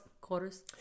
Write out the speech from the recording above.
Quarters